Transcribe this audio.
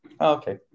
Okay